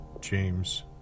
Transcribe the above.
James